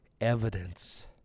evidence